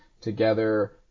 together